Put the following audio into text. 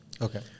Okay